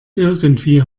irgendwie